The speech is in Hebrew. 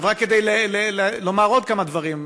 רק כדי לומר עוד כמה דברים,